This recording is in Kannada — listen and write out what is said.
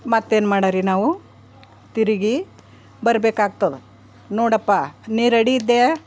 ಮತ್ತೇನು ಮಾಡರಿ ನಾವು ತಿರ್ಗಿ ಬರಬೇಕಾಗ್ತದ ನೋಡಪ್ಪ ನೀ ರೆಡಿ ಇದ್ದೇ